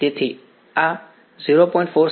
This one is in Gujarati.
તેથી આ 0